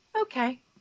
okay